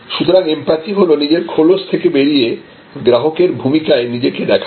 সুতরাংএমপ্যাথি হল নিজের খোলস থেকে বেরিয়ে গ্রাহকের ভূমিকায় নিজেকে দেখা